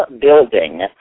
building